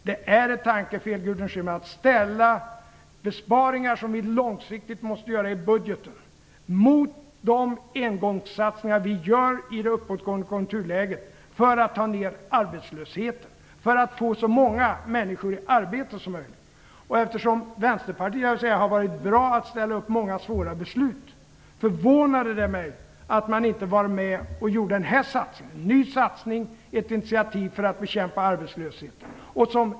Det är ett tankefel, Gudrun Schyman, att ställa långsiktiga besparingar i budgeten mot de engångssatsningar som vi gör i det uppåtgående konjunkturläget för att sänka arbetslösheten - för att få så många människor i arbete som möjligt. Eftersom Vänsterpartiet har varit bra på att ställa upp på att fatta svåra beslut, förvånar det mig att man inte var med om göra denna nya satsning - ett initiativ för att bekämpa arbetslösheten.